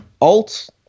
alt